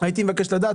הייתי מבקש לדעת